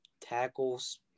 tackles